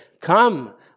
Come